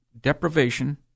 deprivation